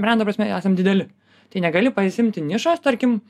brendo prasme esam dideli tai negali pasiimti nišos tarkim